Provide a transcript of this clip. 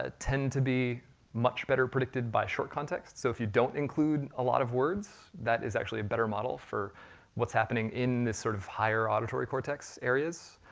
ah tend to be much better predicted by short context. so if you don't include a lot of words, that is actually a better model for what's happening in this sort of higher auditory context areas,